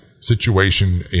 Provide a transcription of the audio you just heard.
situation